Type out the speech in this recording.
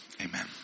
Amen